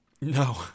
No